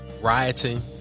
rioting